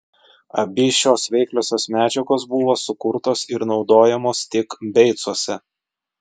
abi šios veikliosios medžiagos buvo sukurtos ir naudojamos tik beicuose